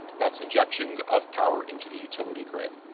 that's injections of power into the utility grid.